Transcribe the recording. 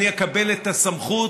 אני אקבל את הסמכות,